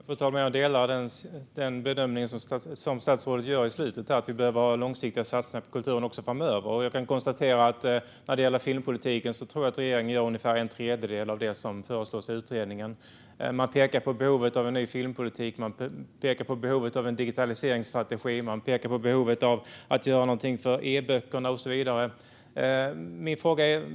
Fru talman! Jag delar den bedömning som statsrådet gör i slutet, att vi behöver ha långsiktiga satsningar på kulturen också framöver. När det gäller filmpolitiken kan jag konstatera att regeringen gör ungefär en tredjedel av det som föreslås i utredningen, där man pekar på behovet av en ny filmpolitik, en digitaliseringsstrategi, att göra någonting för e-böckerna och så vidare.